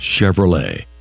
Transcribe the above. Chevrolet